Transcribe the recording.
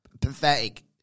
pathetic